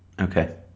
okay